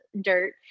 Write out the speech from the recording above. dirt